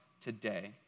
today